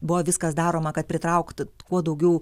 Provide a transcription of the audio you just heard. buvo viskas daroma kad pritrauktų kuo daugiau